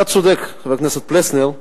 אתה צודק, חבר הכנסת פלסנר,